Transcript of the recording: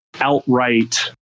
outright